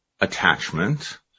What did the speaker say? attachment